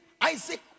Isaac